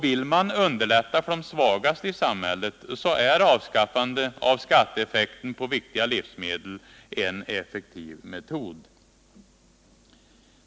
Vill man underlätta för de svagaste i samhället, så är avskaffande av mervärdeskatteeffekten på livsmedel en effektiv metod.